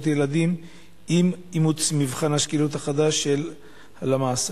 ילדים עם אימוץ מבחן השקילות החדש של הלמ"ס?